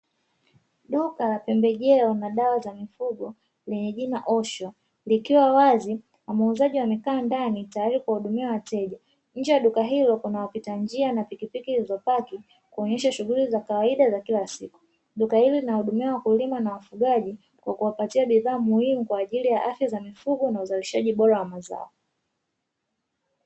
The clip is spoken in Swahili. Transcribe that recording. Duka la pembejeo na dawa za mifugo lenye jina "Osho", likiwa wazi na muuzaji amekaa ndani tayari kuwahudumia wateja. Nje ya duka hilo kuna wapita njia na pikipiki zilizopaki, kuonyesha shughuli za kawaida za kila siku. Duka hili linawahudumia wakulima na wafugaji, kwa kuwapatia bidhaa muhimu kwa ajili ya afya za mifugo na uzalishaji bora wa mazao.